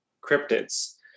cryptids